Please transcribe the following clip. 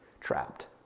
trapped